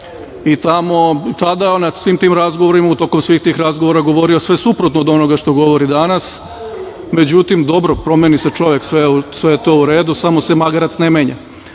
REM-a i tada na svim tim razgovorima u toku svih tih razgovora govorio sve suprotno od onoga što govori danas.Međutim, dobro promeni se čovek, sve je to u redu, samo se magarac ne menja,